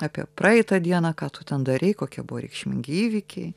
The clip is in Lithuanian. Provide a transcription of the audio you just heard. apie praeitą dieną ką tu ten darei kokie buvo reikšmingi įvykiai